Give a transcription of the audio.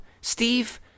Steve